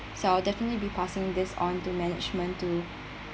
so I'll definitely be passing this on to management to